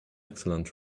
excellent